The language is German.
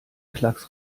klacks